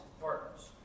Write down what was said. partners